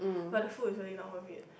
but the food is really not worth it